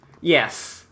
Yes